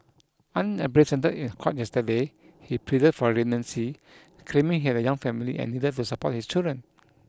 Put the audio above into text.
unrepresented in court yesterday he pleaded for leniency claiming he had a young family and needed to support his children